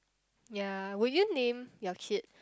ya would you name your kid